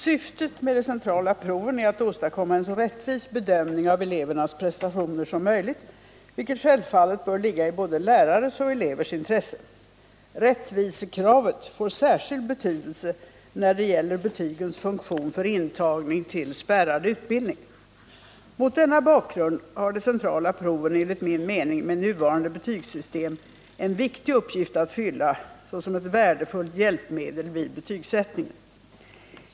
Syftet med de centrala proven är att åstadkomma en så rättvis bedömning av elevernas prestationer som möjligt, vilket självfallet bör ligga i både lärares och elevers intresse. Rättvisekravet får särskild betydelse när det gäller betygens funktion för intagning till spärrad utbildning. Mot denna bakgrund har de centrala proven enligt min mening med nuvarande betygssystem en viktig uppgift att fylla såsom ett värdefullt hjälpmedel vid betygsättningen.